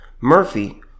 Murphy